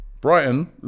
Brighton